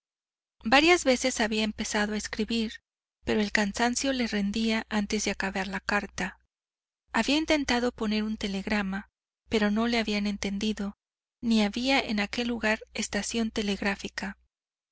varias veces había empezado a escribir pero el cansancio le rendía antes de acabar la carta había intentado poner un telegrama pero no le habían entendido ni había en aquel lugar estación telegráfica